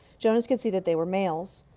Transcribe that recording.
jonas could see that they were males.